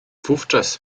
wówczas